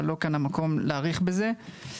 אבל לא זה המקום להאריך בכך.